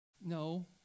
No